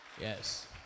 Yes